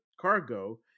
cargo